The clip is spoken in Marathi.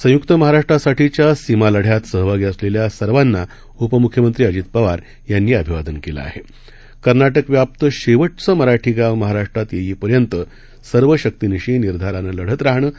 संयुक्तमहाराष्ट्रासाठीच्यासीमालढ्यातसहभागीअसलेल्यासर्वांनाउपमुख्यमंत्रीअजितपवारयांनीअभिवादनकेलंआ कर्नाटकव्याप्तशेवटचंमराठीगावमहाराष्ट्रातयेईपर्यंतसर्वशक्तीनिशीनिर्धारानंलढतराहणं हे